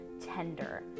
tender